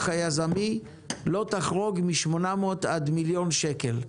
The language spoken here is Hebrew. היזמי לא תחרוג מ-800 עד 1,000,000 שקלים.